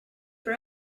for